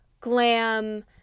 glam